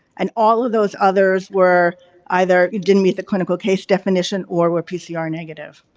and all of those others were either it didn't meet the clinical case definition or were pcr negative.